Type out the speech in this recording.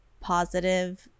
positive